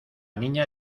niña